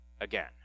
again